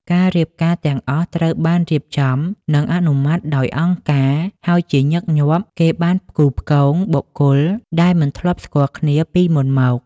ការរៀបការទាំងអស់ត្រូវបានរៀបចំនិងអនុម័តដោយអង្គការ ហើយជាញឹកញាប់គេបានផ្គូផ្គងបុគ្គលដែលមិនធ្លាប់ស្គាល់គ្នាពីមុនមក។